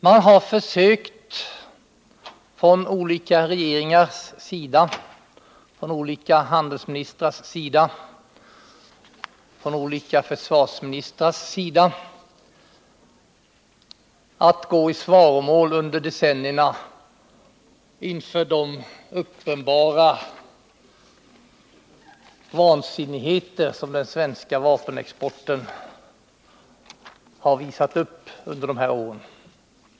Man har försökt från olika regeringars sida, från olika handelsministrars sida och från olika försvarsministrars sida att gå i svaromål under decenniernas lopp, inför de uppenbara vansinnigheter som den svenska vapenexporten har visat upp under de här åren.